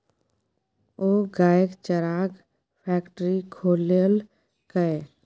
ओ गायक चाराक फैकटरी खोललकै